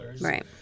Right